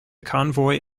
convoy